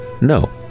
No